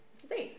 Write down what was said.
disease